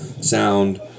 sound